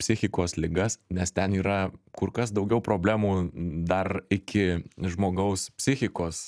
psichikos ligas nes ten yra kur kas daugiau problemų dar iki žmogaus psichikos